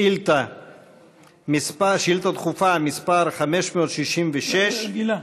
לשאילתה דחופה מס' 566. רגילה.